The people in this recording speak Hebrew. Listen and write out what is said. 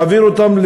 להעביר אותם,